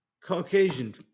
Caucasian